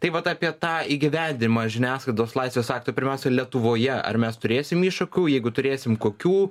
tai vat apie tą įgyvendinimą žiniasklaidos laisvės akto pirmiausia lietuvoje ar mes turėsim iššūkių jeigu turėsim kokių